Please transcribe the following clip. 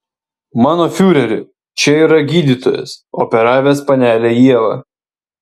mano fiureri čia yra gydytojas operavęs panelę ievą